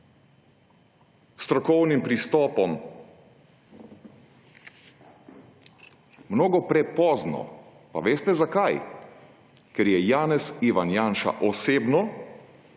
strokovnim pristopom? Mnogo prepozno. Pa veste zakaj? Ker je Janez (Ivan) Janša osebno,